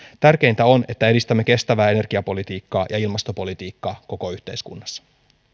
tärkeintä on että edistämme kestävää energiapolitiikkaa ja ilmastopolitiikkaa koko yhteiskunnassa